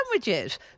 sandwiches